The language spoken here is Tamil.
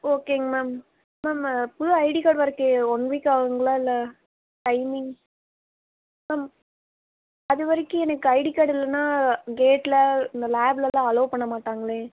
ஓகேங்க மேம் மேம் புது ஐடி கார்டு வரக்கு ஒன் வீக் ஆகும்ங்ளா இல்லை டைமிங் மேம் அதுவரைக்கும் எனக்கு ஐடி கார்டு இல்லைனா கேடில் இந்த லேபில்லான் அலோவ் பண்ண மாட்டாங்களே